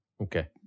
okay